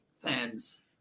fans